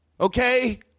okay